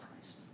Christ